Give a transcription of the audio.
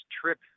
trip